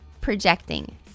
Projecting